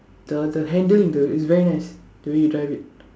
the the handling the it's very nice the way you drive it